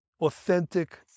authentic